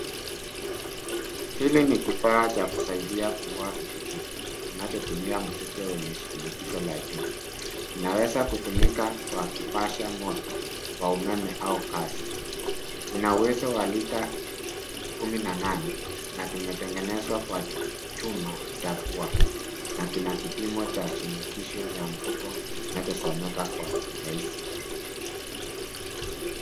Hili ni kifaa cha kusaidia kuua vijidudu kinachotumia mifuko wenye shinikizo la juu. Kinaweza kutumika kwa kupasha moto wa umeme au gas . Ina uwezo wa lita kumi na nane na kimetengenezwa kwa chuma cha pua. Na kina kipimo cha shinikizo la mfuko kinachosomeka kwa urahisi.